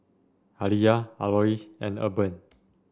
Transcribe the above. Aliyah Alois and Urban